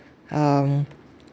um